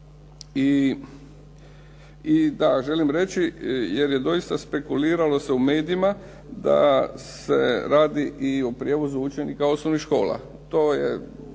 I da, želim reći jer je doista špekuliralo se u medijima da se radi i o prijevozu učenika osnovnih škola. To je